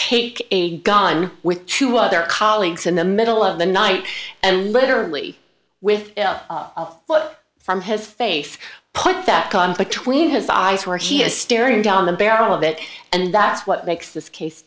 take a gun with two other colleagues in the middle of the night and literally with from his face put that conflict between his eyes where he is staring down the barrel of it and that's what makes this case